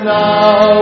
now